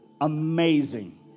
amazing